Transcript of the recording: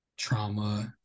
trauma